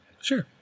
Sure